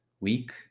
week